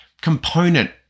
component